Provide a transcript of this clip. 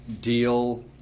deal